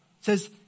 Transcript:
Says